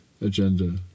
agenda